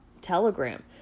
telegram